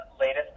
latest